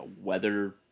weather